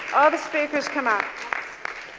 ah the speakers come up.